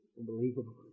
unbelievable